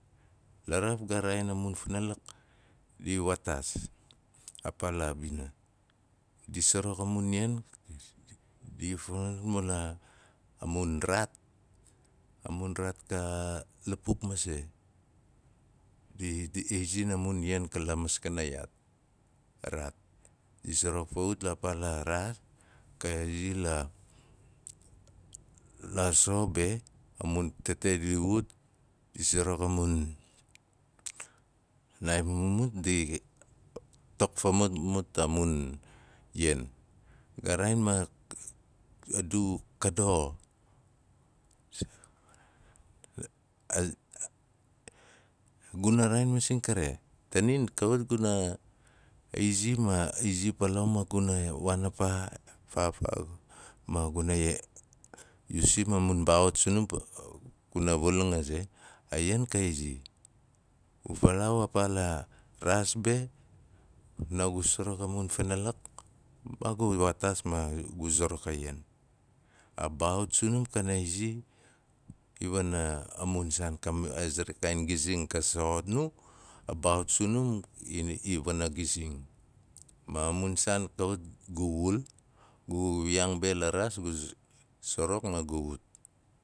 Laraaf ga raain, a mun funalik di waataas, a paa la bina. Di sarak a mun ian a mun raat, a mun raat ka lapuk masei. Di i rasin a mun ian ka la maskanan yaat a raat. Di sarak fa ut ka paa la raat, ka izi la, la so be, a mun tete di ut di sarak a mun paa mumut do tok fa mut mut a mun, ian. Ga raain ma a du ka doxo. gu ma raain masing kare, tanin kawat guna aizi ma aizi paa laau ma gunai waan a paam, faa, faa ma yusim a mun baxat sunum pana wal ang be, naagu suruk a mun funalak gu waa gui waataas ma gu zuruk a ian. A baaxut sunum kana izi, i wanna a mun saan ka ma- aze ra kaain giazing ka soxot nu, a baaxut sunum i- iwana gizing. Ma a mun saan kawat gu wul, gu wiyaang be la raas gu suruk ma gu ut.